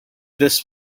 this